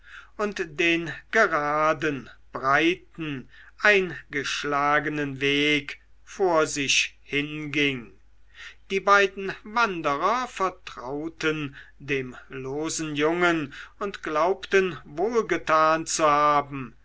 und den geraden breiten eingeschlagenen weg vor sich hinging die beiden wanderer vertrauten dem losen jungen und glaubten wohlgetan zu haben